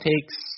takes